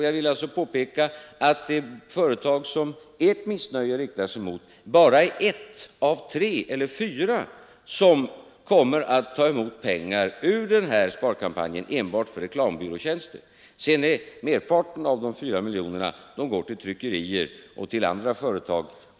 Jag vill alltså än en gång påpeka att det företag som ert missnöje riktar sig mot bara är ett av tre eller fyra som kommer att ta emot pengar för den här sparkampanjen enbart för reklambyråtjänster. Merparten av de fyra miljonerna går till tryckerier och andra företag.